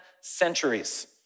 centuries